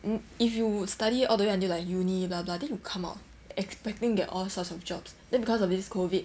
and if you study all the way until like uni blah blah then you come up expecting get all sorts of jobs then because of this COVID